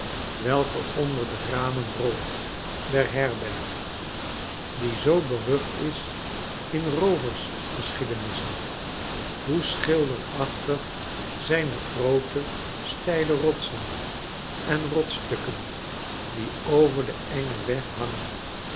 welke onder de ramen rolt der herberg die zoo berucht is in roovergeschiedenissen hoe schilderachtig zijn de groote steile rotsen en rotsstukken die over den engen weg hangen